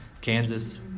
Kansas